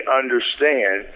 understand